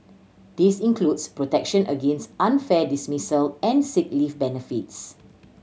this includes protection against unfair dismissal and sick leave benefits